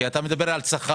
כי אתה מדבר על שכר,